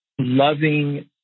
Loving